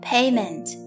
Payment